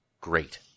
great